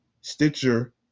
Stitcher